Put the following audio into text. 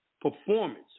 performance